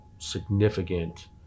significant